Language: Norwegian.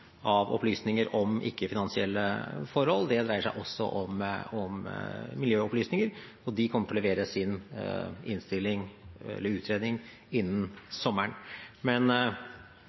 av opplysninger om ikke-finansielle forhold. Det dreier seg også om miljøopplysninger. De kommer til å levere sin utredning innen sommeren. Men